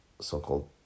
so-called